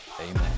Amen